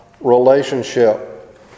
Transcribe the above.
relationship